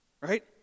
Right